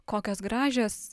kokios gražios